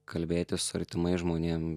kalbėti su artimais žmonėm